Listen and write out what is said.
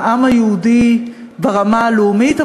לעם היהודי ברמה הלאומית,